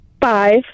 Five